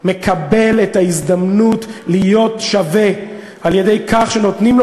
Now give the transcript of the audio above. מקבל את ההזדמנות להיות שווה על-ידי כך שנותנים לו